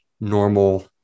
normal